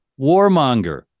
Warmonger